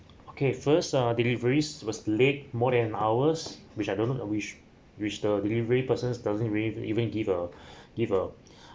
okay first uh deliveries was late more than hours which I don't know uh which which the delivery person doesn't really even give a give a